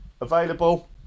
available